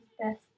best